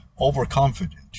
overconfident